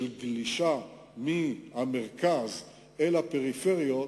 של גלישה מהמרכז אל הפריפריה,